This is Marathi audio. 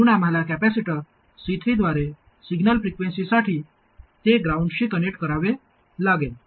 म्हणून आम्हाला कॅपेसिटर C3 द्वारे सिग्नल फ्रिक्वेन्सीसाठी ते ग्राउंडशी कनेक्ट करावे लागेल